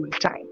time